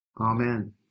Amen